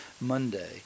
Monday